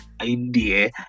idea